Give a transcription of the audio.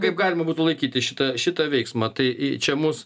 kaip galima būtų laikyti šitą šitą veiksmą tai čia mus